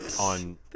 on